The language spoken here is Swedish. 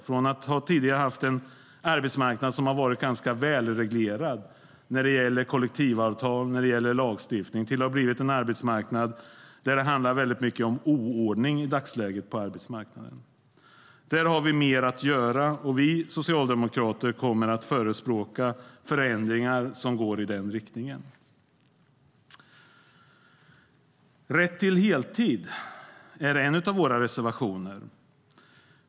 Från att tidigare ha haft en arbetsmarknad som har varit ganska välreglerad när det gäller kollektivavtal och lagstiftning har det blivit en arbetsmarknad där det i dagsläget väldigt mycket handlar om oordning på arbetsmarknaden. Där har vi mer att göra. Vi socialdemokrater kommer att förespråka förändringar som går i den riktningen. Rätt till heltid handlar en av våra reservationer om.